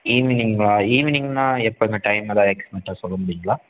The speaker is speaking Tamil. ஈவினிங்களா ஈவினிங்குன்னா எப்போங்க டைம் எதாவது சொல்லமுடியுங்களா